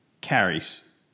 carries